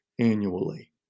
annually